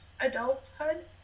adulthood